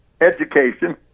Education